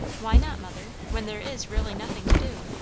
why not, mother? when there is really nothing to do.